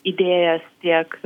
idėjas tiek